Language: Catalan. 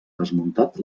desmuntat